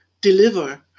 deliver